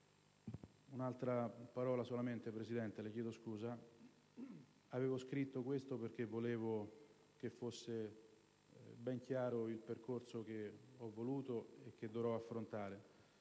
Un'altra parola solamente, Presidente. Avevo scritto questo appunto perché volevo che fosse ben chiaro il percorso che ho voluto e che dovrò affrontare.